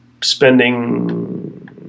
spending